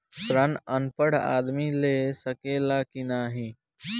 ऋण अनपढ़ आदमी ले सके ला की नाहीं?